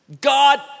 God